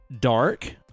dark